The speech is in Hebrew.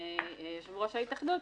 יושב-ראש ההתאחדות,